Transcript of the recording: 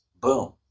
boom